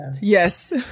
Yes